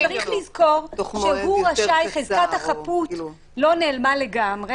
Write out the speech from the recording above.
צריך לזכור שחזקת החפות לא נעלמה לגמרי,